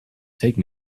take